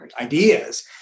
ideas